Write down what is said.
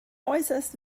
äußerst